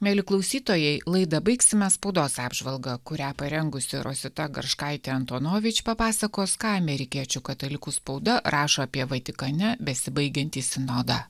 mieli klausytojai laidą baigsime spaudos apžvalga kurią parengusi rosita garškaitė antonovič papasakos ką amerikiečių katalikų spauda rašo apie vatikane besibaigiantį sinodą